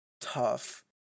tough